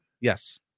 Yes